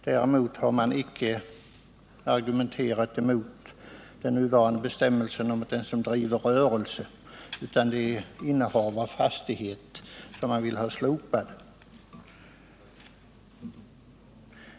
Däremot har man icke argumenterat mot den nuvarande skattebestämmelsen för den som driver rörelse i landet men bor utomlands.